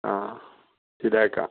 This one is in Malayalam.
ആ ശരിയാക്കാം